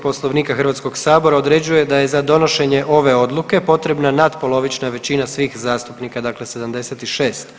Poslovnika HS-a određuje da je za donošenje ove odluke potrebna natpolovična većina svih zastupnika, dakle 76.